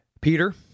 Peter